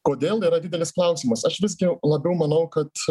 kodėl yra didelis klausimas aš visgi labiau manau kad